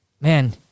man